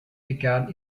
begann